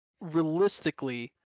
realistically